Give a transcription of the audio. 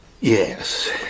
yes